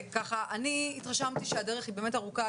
אני התרשמתי שהדרך היא באמת ארוכה,